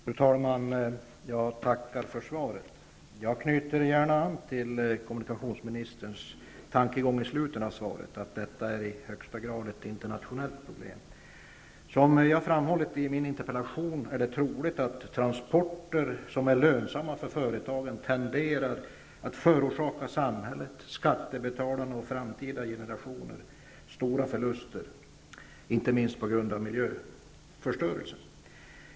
Fru talman! Jag tackar för svaret. Jag ansluter mig till kommunikationsministerns tankegångar i slutet av svaret, att detta är i högsta grad ett internationellt problem. Som jag framhållit i min interpellation är det troligt att transporter som är lönsamma för företagen tenderar att förorsaka samhället, skattebetalarna och framtida generationer stora förluster, inte minst på grund av miljöförstörelse.